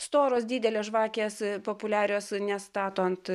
storos didelės žvakės populiarios nes stato ant